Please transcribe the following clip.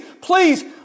please